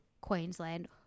Queensland